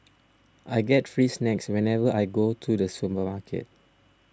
I get free snacks whenever I go to the supermarket